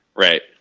Right